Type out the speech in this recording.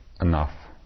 enough